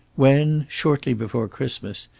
when, shortly before christmas,